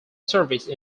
service